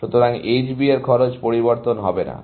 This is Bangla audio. সুতরাং H B এর খরচ পরিবর্তন হবে না